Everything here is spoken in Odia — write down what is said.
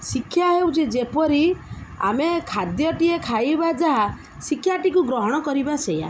ଶିକ୍ଷା ହେଉଛି ଯେପରି ଆମେ ଖାଦ୍ୟଟିଏ ଖାଇବା ଯାହା ଶିକ୍ଷାଟିକୁ ଗ୍ରହଣ କରିବା ସେଇଆ